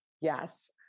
Yes